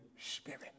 Spirit